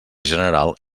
general